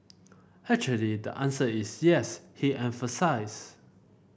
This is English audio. actually the answer is yes he emphasised